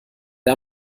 der